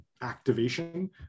activation